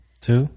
Two